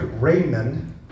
Raymond